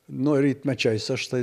nu rytmečiais aš tai